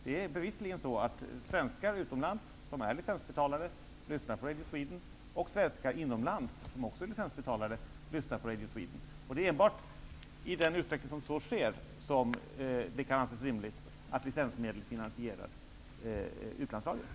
Det är bevisligen svenskar utomlands, som är licensbetalare, som lyssnar på Radio Sweden och svenskar inomlands, som också är licensbetalare, som lysnar på Radio Sweden. Det är enbart i den utsträckning som så sker som det kan anses rimligt att licensmedel finansierar utlandsradion.